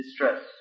distress